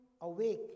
awake